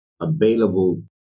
available